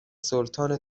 سلطان